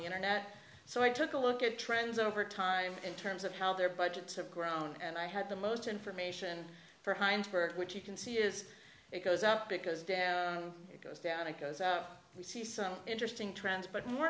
the internet so i took a look at trends over time in terms of how their budgets have grown and i had the most information for heinsberg which you can see is it goes up because down it goes down it goes out we see some interesting trends but more